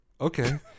Okay